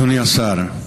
אדוני השר,